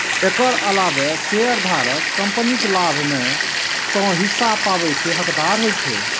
एकर अलावे शेयरधारक कंपनीक लाभ मे सं हिस्सा पाबै के हकदार होइ छै